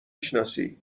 شناسی